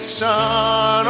son